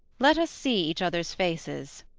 let us see each other's faces.